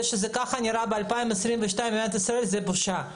זה שכך המקום נראה ב-2022 במדינת ישראל זה בושה.